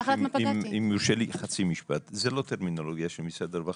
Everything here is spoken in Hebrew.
אני אשמח לדעת מה פגעתי.